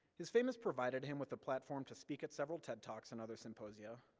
his fame has provided him with a platform to speak at several ted talks and other symposia,